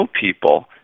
people